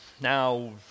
Now